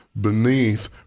beneath